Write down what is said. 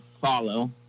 follow